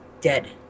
dead